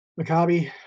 Maccabi